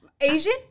asian